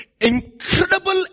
incredible